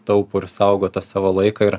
taupo ir saugo tą savo laiką ir